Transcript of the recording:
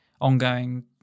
ongoing